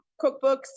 cookbooks